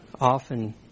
Often